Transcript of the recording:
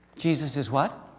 jesus is what?